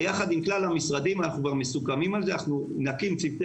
יחד עם כלל המשרדים זה כבר מסוכם נקים צוותי